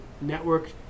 network